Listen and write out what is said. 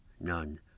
none